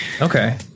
Okay